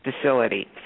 facility